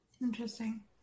interesting